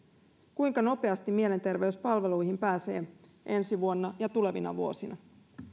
kuinka nopeasti mielenterveyspalveluihin pääsee ensi vuonna ja tulevina vuosina